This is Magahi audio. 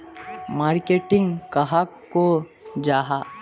मार्केटिंग कहाक को जाहा?